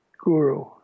guru